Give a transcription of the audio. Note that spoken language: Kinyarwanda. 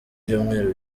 byumweru